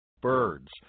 birds